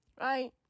Right